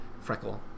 Freckle